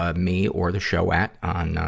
ah me or the show at on, ah,